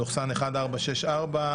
התשפ"ב-2021, מ/1464.